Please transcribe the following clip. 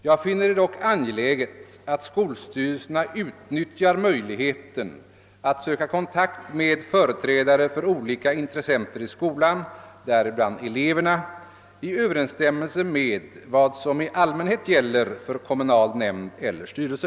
Jag finner det dock angeläget att skolstyrelserna utnyttjar möjligheten att söka kontakt med företrädare för olika intressenter i skolan, däribland eleverna, i överensstämmelse med vad som i allmänhet gäller för kommunal nämnd eller styrelse.